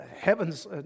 heaven's